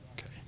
okay